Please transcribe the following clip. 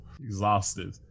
Exhausted